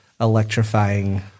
electrifying